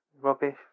rubbish